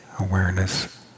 awareness